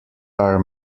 are